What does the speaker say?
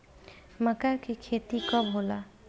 मक्का के खेती कब होला?